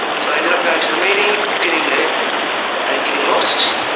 so i ended up going to the meeting, getting there and getting lost.